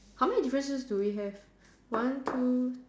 how many differences do we have one two